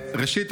ראשית,